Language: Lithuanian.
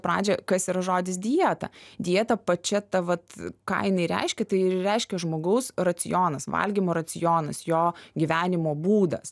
pradžią kas yra žodis dieta dieta pačia ta vat ką jinai reiškia tai reiškia žmogaus racionas valgymo racionas jo gyvenimo būdas